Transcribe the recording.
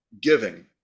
giving